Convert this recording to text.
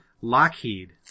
Lockheed